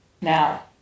now